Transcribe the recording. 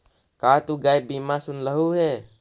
का तु गैप बीमा सुनलहुं हे?